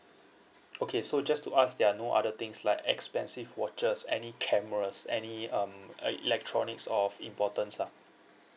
okay so just to ask there are no other things like expensive watches any cameras any um uh electronics of importance lah